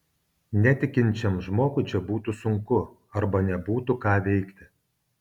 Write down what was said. netikinčiam žmogui čia būtų sunku arba nebūtų ką veikti